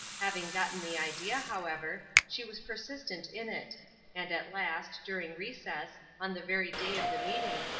having gotten the idea, however, she was persistent in it and at last, during recess, on the very day of the meeting,